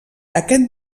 aquest